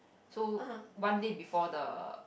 so one day before the